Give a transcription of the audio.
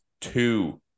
two